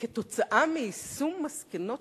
"כתוצאה מיישום מסקנות